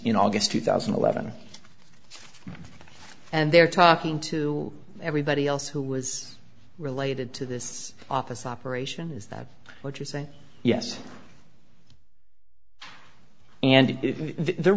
n august two thousand and eleven and they're talking to everybody else who was related to this office operation is that what you say yes and the